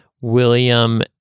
William